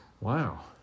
Wow